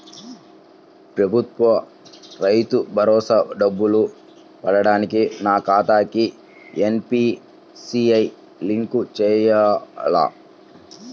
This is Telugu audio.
ప్రభుత్వ రైతు భరోసా డబ్బులు పడటానికి నా ఖాతాకి ఎన్.పీ.సి.ఐ లింక్ చేయాలా?